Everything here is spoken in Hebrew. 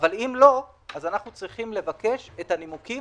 אבל אם לא, אנחנו צריכים לבקש את הנימוקים.